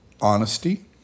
honesty